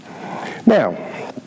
Now